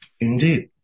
Indeed